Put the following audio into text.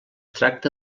tracta